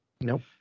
Nope